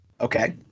Okay